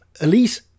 Elise